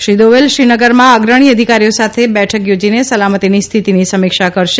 શ્રી દોવલ શ્રીનગરમાં અગ્રણી અધિકારીઓ સાથે ૌઠક યોજીને સલામતિની સ્થિતિની સમિક્ષા કરશે